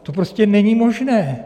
To prostě není možné.